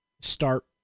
start